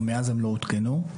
ומאז הן לא עודכנו.